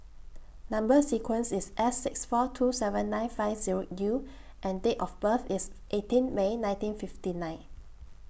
Number sequence IS S six four two seven nine five Zero U and Date of birth IS eighteen May nineteen fifty nine